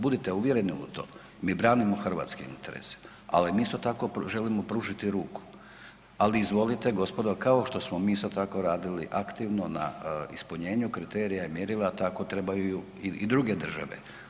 Budite uvjereni u to, mi branimo Hrvatske interese, ali im isto tako želimo pružiti ruku, ali izvolite gospodo kao što smo mi isto tako radili aktivno na ispunjenju kriterija i mjerila tako trebaju i druge države.